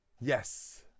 yes